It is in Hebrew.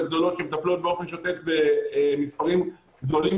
הגדולות שמטפלות באופן שוטף במספרים גדולים